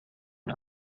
ein